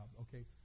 Okay